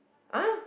ah